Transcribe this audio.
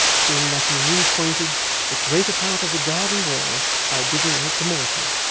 seeing that he new-pointed the greater part of the garden-wall by digging out the mortar,